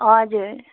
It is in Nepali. हजुर